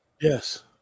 Yes